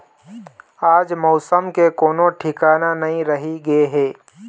आज मउसम के कोनो ठिकाना नइ रहि गे हे